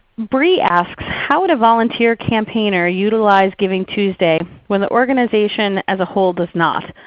bree asks, how would a volunteer campaigner utilize givingtuesday when the organization as a whole does not?